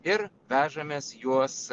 ir vežamės juos